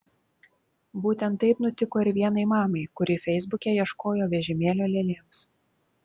būtent taip nutiko ir vienai mamai kuri feisbuke ieškojo vežimėlio lėlėms